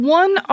one